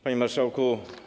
Panie Marszałku!